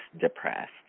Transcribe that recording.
depressed